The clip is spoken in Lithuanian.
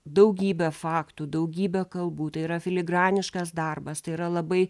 daugybę faktų daugybę kalbų tai yra filigraniškas darbas tai yra labai